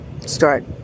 start